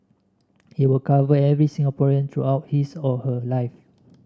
it will cover every Singaporean throughout his or her life